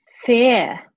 Fear